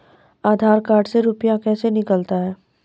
आधार कार्ड से रुपये कैसे निकलता हैं?